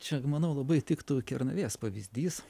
čia manau labai tiktų kernavės pavyzdys